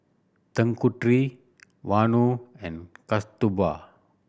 Tanguturi Vanu and Kasturba